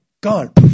Gone